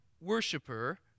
worshiper